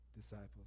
disciples